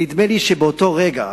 נדמה לי שבאותו רגע